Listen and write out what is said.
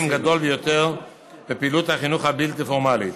גדול ביותר בפעילות החינוך הבלתי-פורמלית.